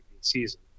season